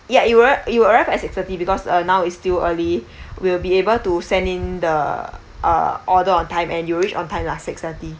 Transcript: ya it will arri~ it will arrive at six thirty because uh now is still early we'll be able to send in the uh order on time and it'll reach on time lah six thirty